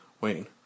Wayne